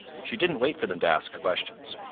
she didn't wait for them to ask questions.